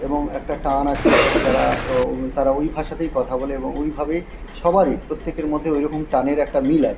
এবং একটা টান আছে যারা ও তারা ওই ভাষাতেই কথা বলে এবং ওই ভাবেই সবারই প্রত্যেকের মধ্যে ওই রকম টানের একটা মিল আছে